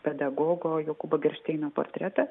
pedagogo jokūbo geršteino portretą